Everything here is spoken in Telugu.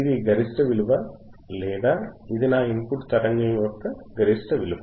ఇది గరిష్ట విలువ లేదా ఇదేనా నా ఇన్పుట్ తరంగము యొక్క గరిష్ట విలువ